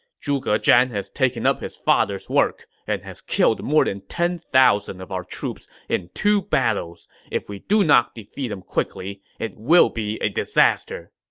zhuge zhan has taken up his father's work and has killed more than ten thousand of our troops in two battles. if we do not defeat him quickly, it will be a disaster.